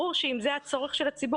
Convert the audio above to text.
ברור שאם זה הצורך של הציבור,